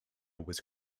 was